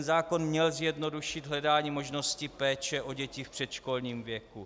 Zákon měl zjednodušit hledání možnosti péče o děti v předškolním věku.